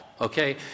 okay